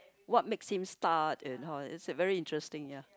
what makes him start and how it's very interesting ya